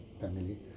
family